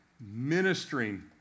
ministering